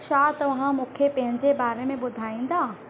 छा तव्हां मूंखे पंहिंजे बारे में ॿुधाईंदा